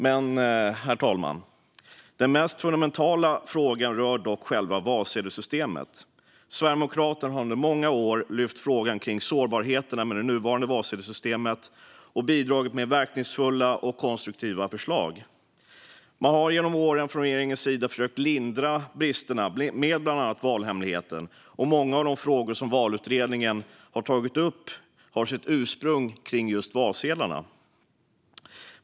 Men, herr talman, den mest fundamentala frågan rör själva valsedelsystemet. Sverigedemokraterna har under många år lyft frågan om sårbarheterna med det nuvarande valsedelsystemet och bidragit med verkningsfulla och konstruktiva förslag. Man har genom åren från regeringens sida försökt lindra bristerna med bland annat valhemligheten, och många av de frågor som valutredningen har tagit upp har sitt ursprung i just valsedlarna.